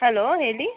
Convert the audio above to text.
hello ಹೇಳಿ